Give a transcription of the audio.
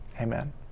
Amen